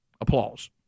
applause